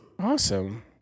Awesome